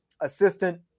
assistant